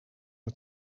nur